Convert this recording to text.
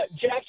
Jack